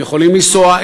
הם יכולים לנסוע,